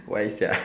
why sia